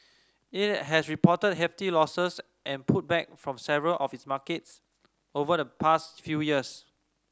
it has reported hefty losses and pulled back from several of its markets over the past few years